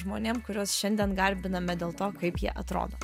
žmonėm kuriuos šiandien garbiname dėl to kaip jie atrodo